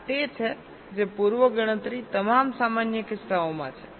આ તે છે જે પૂર્વ ગણતરી તમામ સામાન્ય કિસ્સાઓમાં છે